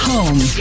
Home